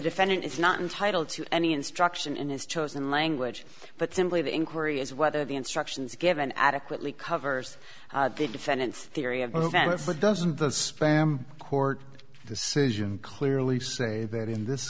defendant is not entitled to any instruction in his chosen language but simply the inquiry is whether the instructions given adequately covers the defendant's theory of the event but doesn't the spam court decision clearly say that in this